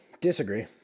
Disagree